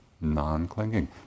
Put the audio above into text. non-clinging